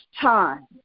time